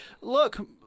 Look